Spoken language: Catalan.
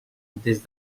des